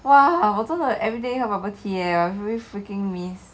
!wah! 我真的 everyday 喝 bubble tea leh every I really freaking miss